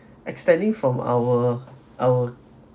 extending from our our